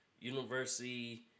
University